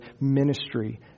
ministry